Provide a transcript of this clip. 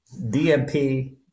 DMP